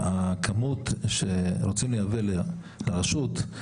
סביר להניח שהוא לא יעשה את זה יותר זול.